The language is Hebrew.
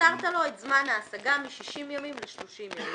קיצרתם לו את זמן ההשגה מ-60 ימים ל-30 ימים.